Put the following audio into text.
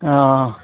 अ